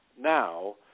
now